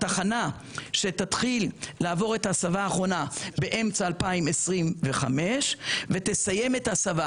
התחנה שתתחיל לעבור את ההסבה האחרונה באמצע 2025 ותסיים את ההסבה